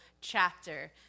chapter